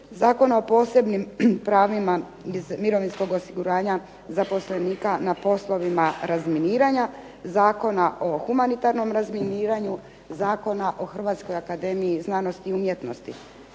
Zakona o posebnim pravima iz mirovinskog osiguranja zaposlenika na poslovima razminiranja, Zakona o humanitarnom razminiranju, Zakona o Hrvatskoj akademiji znanosti i umjetnosti.